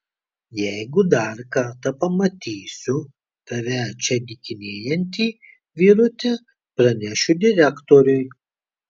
jeigu dar kartą pamatysiu tave čia dykinėjantį vyruti pranešiu direktoriui